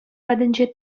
патӗнче